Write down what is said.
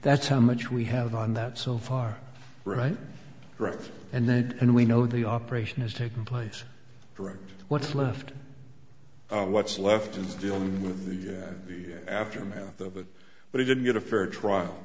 that's how much we have on that so far right breath and then and we know the operation has taken place correct what's left of what's left is dealing with the the aftermath of it but he didn't get a fair trial